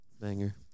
Banger